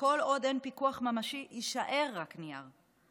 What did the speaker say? וכל עוד אין פיקוח ממשי יישאר רק נייר.